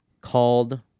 called